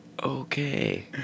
okay